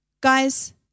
guys